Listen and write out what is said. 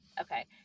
Okay